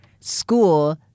school